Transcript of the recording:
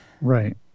Right